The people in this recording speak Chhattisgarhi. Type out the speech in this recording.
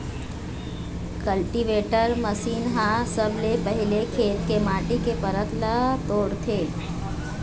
कल्टीवेटर मसीन ह सबले पहिली खेत के माटी के परत ल तोड़थे